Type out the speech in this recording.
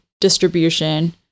distribution